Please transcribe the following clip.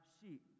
sheep